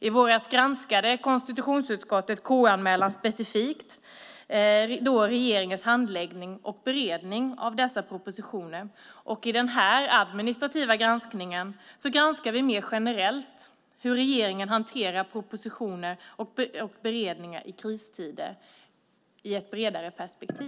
I våras granskade konstitutionsutskottet efter en KU-anmälan specifikt regeringens handläggning och beredning av dessa propositioner, och i den här administrativa granskningen granskar vi mer generellt och i ett bredare perspektiv hur regeringen hanterar propositioner och beredningar i kristider.